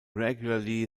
regularly